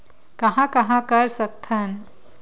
कहां कहां कर सकथन?